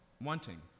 wanting